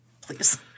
Please